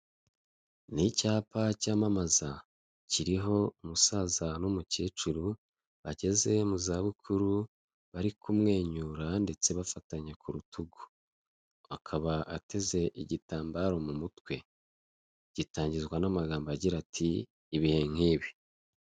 N'icyapa cyamamaza kiriho umusaza n'umukecuru bageze mu za bukuru bari kumwenyura banditse bafatanya k'urutugu, akaba ateze igitambaro m'umutwe gitangizwa n'amagambo agira ati: ibihe nk'ibi.